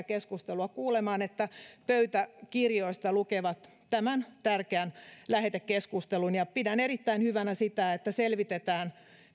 keskustelua kuulemaan että pöytäkirjoista lukevat tämän tärkeän lähetekeskustelun ja pidän erittäin hyvänä sitä että selvitetään